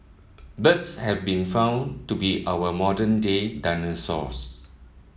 birds have been found to be our modern day dinosaurs